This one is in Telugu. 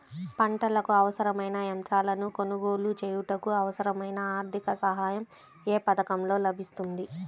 పంటకు అవసరమైన యంత్రాలను కొనగోలు చేయుటకు, అవసరమైన ఆర్థిక సాయం యే పథకంలో లభిస్తుంది?